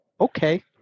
okay